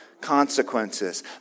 consequences